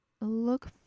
look